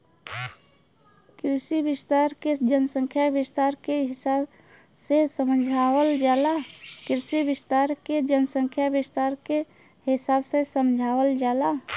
कृषि विस्तार के जनसंख्या विस्तार के हिसाब से समझावल जाला